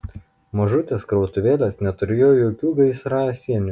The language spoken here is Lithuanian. mažutės krautuvėlės neturėjo jokių gaisrasienių